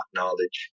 knowledge